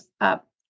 up